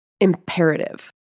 imperative